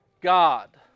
God